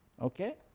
okay